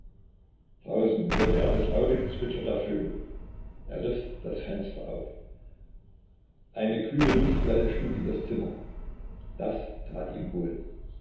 draußen hörte er das laute gezwitscher der vögel er riß das fenster auf eine kühle luftwelle schlug in das zimmer das tat ihm wohl